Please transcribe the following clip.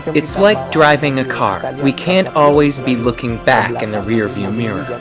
it's like driving a car and we can't always be looking back in the rearview mirror.